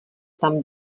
tam